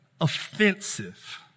offensive